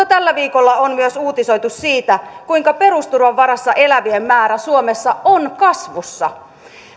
tällä viikolla on myös uutisoitu siitä kuinka perusturvan varassa elävien määrä suomessa on kasvussa